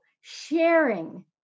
sharing